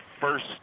first